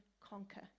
conquer